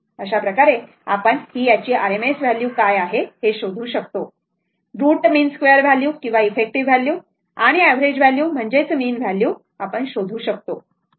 तर अशा प्रकारे आपण की याची RMS व्हॅल्यू काय आहे हे शोधू शकतो रूट मीन स्क्वेअर व्हॅल्यू किंवा इफेक्टिव व्हॅल्यू आणि अवरेज व्हॅल्यू म्हणजेच मीन व्हॅल्यू शोधू शकतो बरोबर